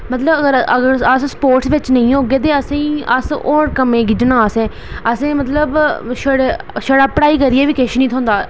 मतलब अगर अस स्पोर्टस बिच नेईं होगे तां असेंईं होर कम्मै गी गिज्झना असें असेंगी मतलब छड़ा पढ़ाई करियै बी किश निं थ्होंदा